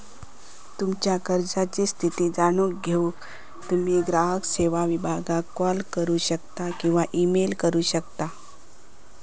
तुमच्यो कर्जाची स्थिती जाणून घेऊक तुम्ही ग्राहक सेवो विभागाक कॉल करू शकता किंवा ईमेल करू शकता